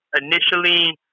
Initially